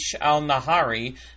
al-Nahari